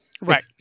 right